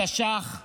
תש"ח,